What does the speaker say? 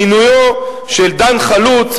על מינויו של דן חלוץ,